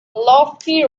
lofty